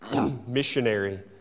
missionary